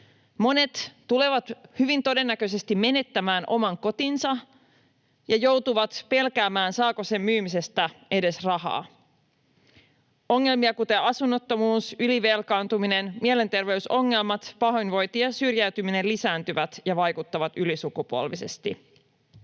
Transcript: Monet tulevat todennäköisesti menettämään oman kotinsa ja joutuvat pelkäämään, saako sen myymisestä edes rahaa. Ongelmat, kuten asunnottomuus, ylivelkaantuminen, mielenterveysongelmat, pahoinvointi ja syrjäytyminen, lisääntyvät ja vaikuttavat ylisukupolvisesti.